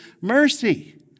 mercy